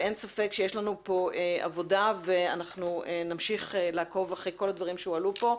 אין ספק שיש לנו פה עבודה ואנחנו נמשיך לעקוב אחרי כל הדברים שהועלו פה.